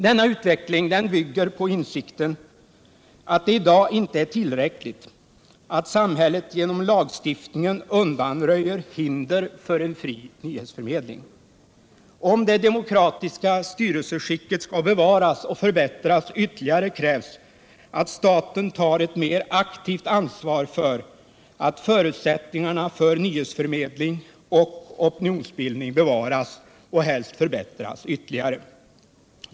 Denna utveckling bygger på insikten att det i dag inte är tillräckligt att samhället genom lagstiftningen undanröjer hinder för en fri nyhets förmedling. Om det demokratiska styrelseskicket skall bevaras och förbättras ytterligare krävs att staten tar ett mer aktivt ansvar för att förutsättningarna för nyhetsförmedling och opinionsbildning bevaras och helst förbättras ytterligare.